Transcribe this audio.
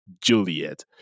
Juliet